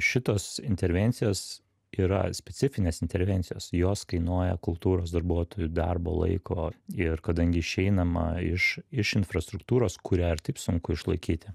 šitos intervencijos yra specifinės intervencijos jos kainuoja kultūros darbuotojų darbo laiko ir kadangi išeinama iš iš infrastruktūros kurią ir taip sunku išlaikyti